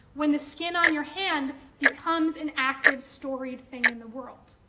when the skin on your hand becomes an active, storied thing in the world.